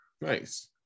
nice